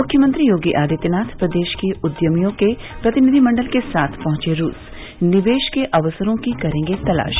मुख्यमंत्री योगी आदित्यनाथ प्रदेश के उद्यमियों के प्रतिनिधिमंडल के साथ पहुंचे रूस निवेश के अवसरों की करेंगे तलाश